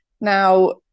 Now